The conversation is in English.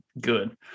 good